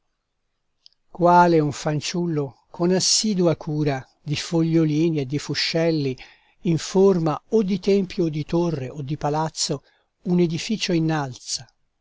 quale un fanciullo con assidua cura di fogliolini e di fuscelli in forma o di tempio o di torre o di palazzo un edificio innalza